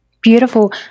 beautiful